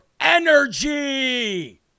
energy